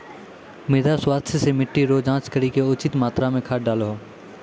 मृदा स्वास्थ्य मे मिट्टी रो जाँच करी के उचित मात्रा मे खाद डालहो